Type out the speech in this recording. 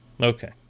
okay